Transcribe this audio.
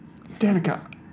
Danica